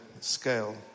scale